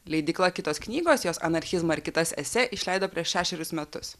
leidykla kitos knygos jos anarchizmą ir kitas esė išleido prieš šešerius metus